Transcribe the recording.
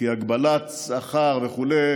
כי הגבלת שכר וכדומה,